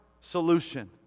solution